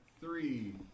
three